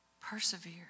Persevere